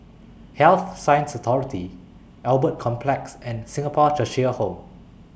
Health Sciences Authority Albert Complex and Singapore Cheshire Home